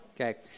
okay